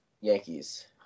Yankees